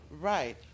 Right